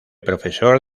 profesor